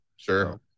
Sure